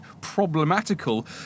problematical